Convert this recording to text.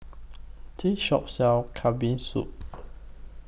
This Shop sells Kambing Soup